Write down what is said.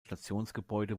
stationsgebäude